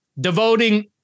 devoting